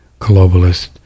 Globalist